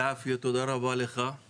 אני